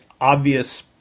obvious